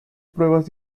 pruebas